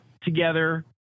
together